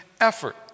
effort